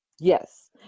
yes